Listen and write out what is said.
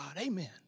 amen